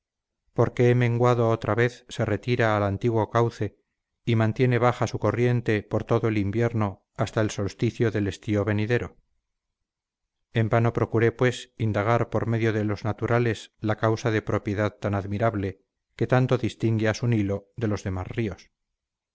por qué menguado otra vez se retira al antiguo cauce y mantiene bajo su corriente por todo el invierno hasta el solsticio del estío venidero en vano procuré pues indagar por medio de los naturales la causa de propiedad tan admirable que tanto distingue a su nilo de los demás ríos